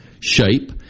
shape